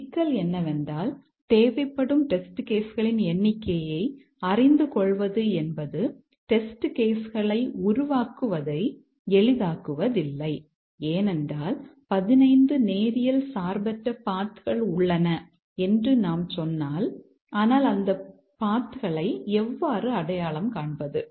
ஆனால் சிக்கல் என்னவென்றால் தேவைப்படும் டெஸ்ட் கேஸ் களை எவ்வாறு அடையாளம் காண்பது